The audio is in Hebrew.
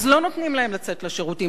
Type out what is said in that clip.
אז לא נותנים להם לצאת לשירותים.